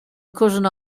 cousin